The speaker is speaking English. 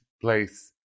place